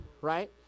right